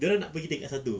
dorang nak pergi tingkat satu